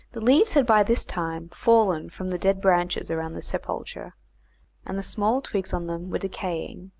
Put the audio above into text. the leaves had by this time fallen from the dead branches around the sepulchre, and the small twigs on them were decaying.